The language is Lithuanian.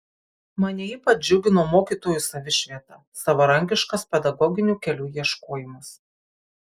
mane ypač džiugino mokytojų savišvieta savarankiškas pedagoginių kelių ieškojimas